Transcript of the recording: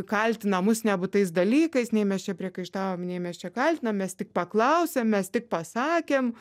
kaltina mus nebūtais dalykais nei mes čia priekaištaujam nei mes čia kaltinam mes tik paklausėm mes tik pasakėm